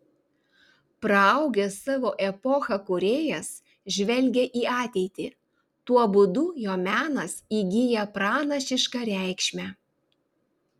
praaugęs savo epochą kūrėjas žvelgia į ateitį tuo būdu jo menas įgyja pranašišką reikšmę